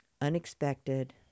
unexpected